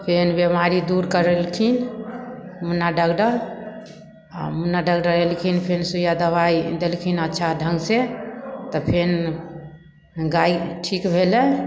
फेन बेमारी दूर करेलखिन मुन्ना डॉक्टर अऽ मुन्ना डॉक्टर अयलखिन फेन सुइया दबाइ देलखिन अच्छा ढङ्गसँ तऽ फेन गाय ठीक भेलै